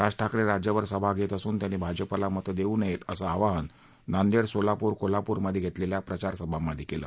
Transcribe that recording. राज ठाकरे राज्यभर सभा घेत असून त्यांनी भाजपाला मतं देऊ नयेत असं आवाहन नांदेड सोलापूर कोल्हापूरमधे घेतलेल्या प्रचारसभांमधे केलं